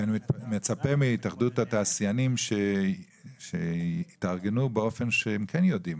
אני מצפה מהתאחדות התעשיינים שיתארגנו באופן שהם יודעים.